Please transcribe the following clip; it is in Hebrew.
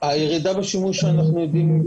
הירידה בשימוש שאנחנו יודעים עליה היא